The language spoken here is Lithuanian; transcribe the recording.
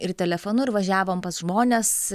ir telefonu ir važiavom pas žmones